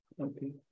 Okay